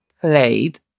played